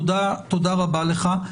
תודה רבה לך.